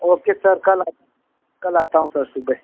okay sir कल आता हूँ कल आता हूँ सर सुबह